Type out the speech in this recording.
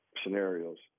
scenarios